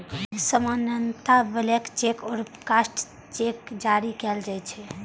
सामान्यतः blank cheque आ crossed cheque जारी कैल जाइ छै